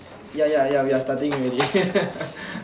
ya ya ya we are starting already